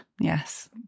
yes